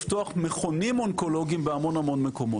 לפתוח מכונים אונקולוגים בהמון המון מקומות,